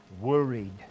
worried